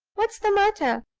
what's the matter?